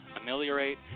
ameliorate